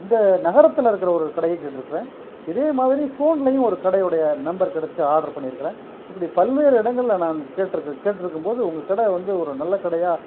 இந்த நகரத்தில் இருக்கிற ஒரு கடையும் கேட்டுருக்குறேன் இதே மாதிரி ஃபோன்லேயும் ஒரு கடையுடைய நம்பர் கிடச்சி ஆர்டர் பண்ணிருக்கிறேன் இப்படி பல்வேறு இடங்களில் நான் கேட்டுருக்கு கேட்டுருக்கும் போது உங்கள் கடை வந்து ஒரு நல்ல கடையாக